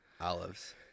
olives